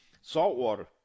Saltwater